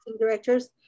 directors